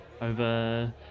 over